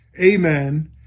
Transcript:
Amen